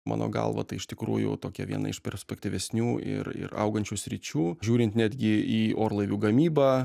mano galva tai iš tikrųjų tokia viena iš perspektyvesnių ir ir augančių sričių žiūrint netgi į orlaivių gamybą